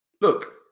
Look